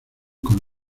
con